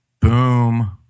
Boom